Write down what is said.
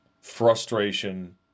frustration